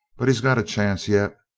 but he's got a chance yet.